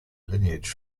lineage